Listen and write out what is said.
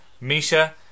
Misha